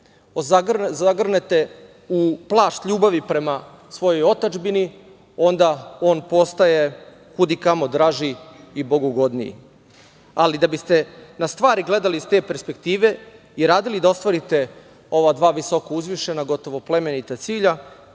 zagrnete u plašt ljubavi prema svojoj otadžbini, onda on postaje kud i kamo draži i bogugodniji, ali da biste na stvari gledali iz te perspektive i radili da ostvarite ova dva visoko uzvišena gotovo plemenita cilja,